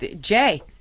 Jay